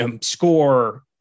score